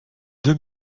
deux